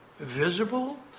Visible